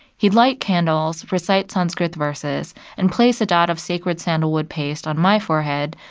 he'd light candles, recite sanskrit verses and place a dot of sacred sandalwood paste on my forehead,